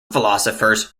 philosophers